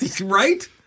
Right